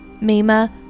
Mima